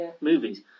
movies